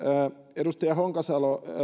edustaja honkasalo